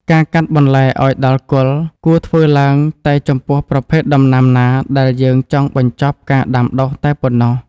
ការកាត់បន្លែឱ្យដល់គល់គួរធ្វើឡើងតែចំពោះប្រភេទដំណាំណាដែលយើងចង់បញ្ចប់ការដាំដុះតែប៉ុណ្ណោះ។